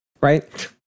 Right